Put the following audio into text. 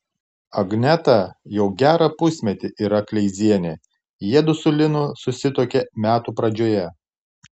agneta jau gerą pusmetį yra kleizienė jiedu su linu susituokė metų pradžioje